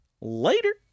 Later